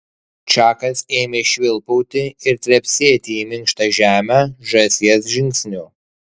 čakas ėmė švilpauti ir trepsėti į minkštą žemę žąsies žingsniu